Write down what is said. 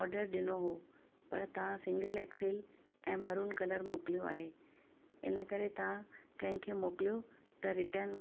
order ॾिनो हुओ पर तव्हां सिंगल एक्सेल ऐं मरून कलर मोकिलियो आहे इनकरे तव्हां कंहिंखे मोकिलियो त रिटन